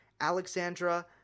Alexandra